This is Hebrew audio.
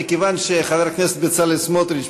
מכיוון שחבר הכנסת בצלאל סמוטריץ,